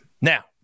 Now